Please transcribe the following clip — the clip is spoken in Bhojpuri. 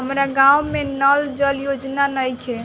हमारा गाँव मे नल जल योजना नइखे?